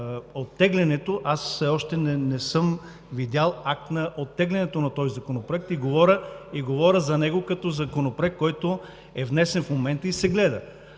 все още не съм видял акт на оттегляне на този законопроект и говоря за него като законопроект, който е внесен в момента и се гледа.